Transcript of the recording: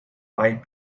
might